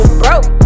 broke